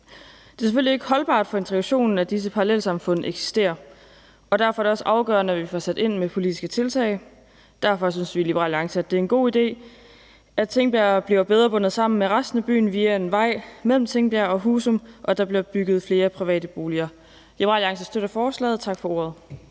Det er selvfølgelig ikke holdbart for integrationen, at disse parallelle samfund eksisterer, og derfor er det også afgørende, at vi får sat ind med politiske tiltag. Derfor synes vi i Liberal Alliance, at det er en god idé, at Tingbjerg bliver bedre bundet sammen med resten af byen via en vej mellem Tingbjerg og Husum, og at der bliver bygget flere private boliger. Liberal Alliance støtter forslaget. Tak for ordet.